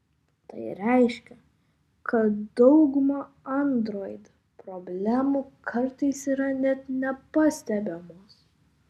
tai reiškia kad dauguma android problemų kartais yra net nepastebimos